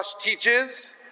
teaches